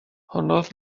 honnodd